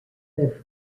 their